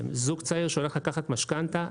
זוג צעיר שהולך לקחת משכנתה,